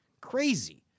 Crazy